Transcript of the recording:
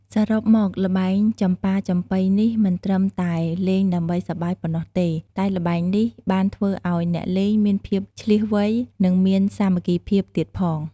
សរុបមក ល្បែងចំប៉ាចំប៉ីនេះមិនត្រឹមតែលេងដើម្បីសប្បាយប៉ុណ្ណោះទេ តែល្បែងនេះបានធ្វើឲ្យអ្នកលេងមានភាពឆ្លាសវៃ និងមានសាមគ្គីភាពទៀតផង។